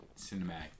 cinematic